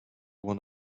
one